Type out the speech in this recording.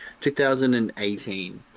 2018